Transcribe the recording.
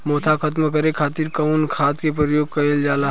मोथा खत्म करे खातीर कउन खाद के प्रयोग कइल जाला?